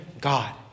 God